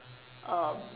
um